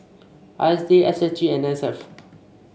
I S D S S G N S F